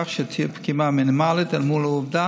כך שתהיה פגיעה מינימלית אל מול העובדה